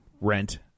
Rent